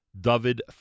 David